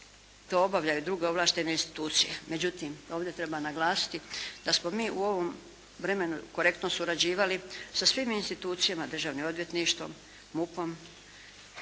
To obavljaju druge ovlaštene institucije. Međutim ovdje treba naglasiti da smo mi u ovom vremenu korektno surađivali sa svim institucijama; Državnim odvjetništvom, MUP-om